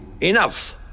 Enough